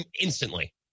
instantly